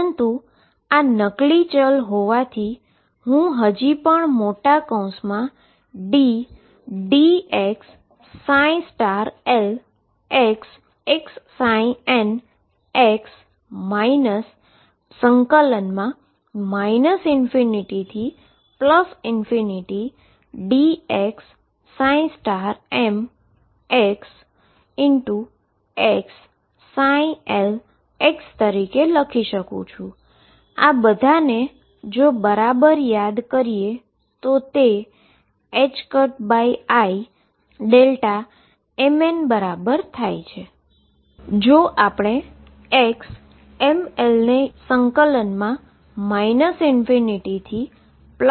પરંતુ આ નક્લી વેરીએબલ હોવાથીહું હજી પણ મોટા કૌંસમાં dx lxxnx ∞dx mxxlતરીકે લખી શકું છું અને આ બધાને જો બરાબર યાદ કરીએ તો તે imn બરાબર થાય છે